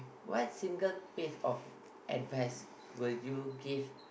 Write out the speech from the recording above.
what single piece of advice would you give